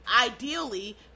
ideally